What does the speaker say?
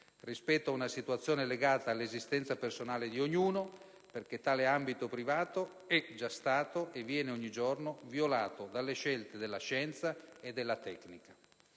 rispetto ad una situazione legata all'esistenza personale di ognuno, perché tale ambito privato è già stato, e viene ogni giorno, violato dalle scelte della scienza e della tecnica.